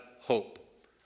hope